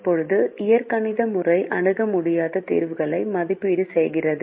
இப்போது இயற்கணித முறை அணுக முடியாத தீர்வுகளை மதிப்பீடு செய்கிறது